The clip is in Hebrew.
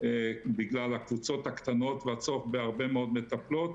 בגלל הקבוצות הקטנות, והצורך בהרבה מאוד מטפלות.